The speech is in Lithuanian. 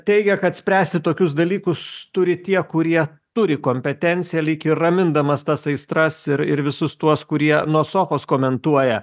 teigia kad spręsti tokius dalykus turi tie kurie turi kompetenciją lyg ir ramindamas tas aistras ir ir visus tuos kurie nuo sofos komentuoja